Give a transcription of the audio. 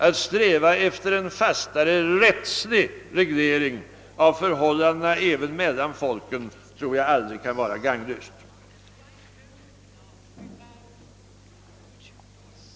Att sträva efter en fastare rättslig reglering av förhållandena mellan folken tror jag aldrig kan vara gagnlöst.